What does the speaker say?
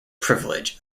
privilege